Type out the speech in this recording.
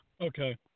Okay